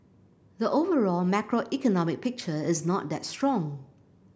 the overall macroeconomic picture is not that strong